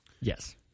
Yes